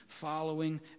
following